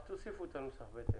אז תוסיפו את הנוסח בהתאם.